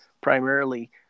primarily